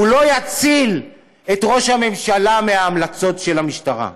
הוא לא יציל את ראש הממשלה מההמלצות של המשטרה,